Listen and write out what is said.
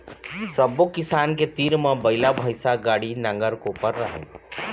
सब्बो किसान के तीर म बइला, भइसा, गाड़ी, नांगर, कोपर राहय